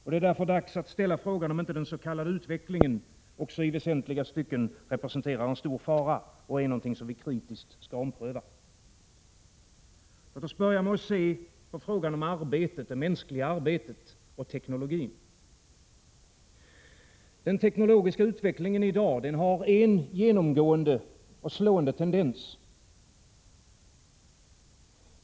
Därför är det dags att ställa frågan, om inte den s.k. utvecklingen också i väsentliga stycken representerar en stor fara och är någonting som vi kritiskt skall ompröva. Låt oss börja med att se på frågan om arbetet, det mänskliga arbetet, och teknologin. Den teknologiska utvecklingen i dag har en genomgående och slående tendens.